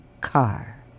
car